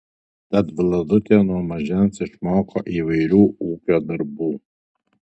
tad vladutė nuo mažens išmoko įvairių ūkio darbų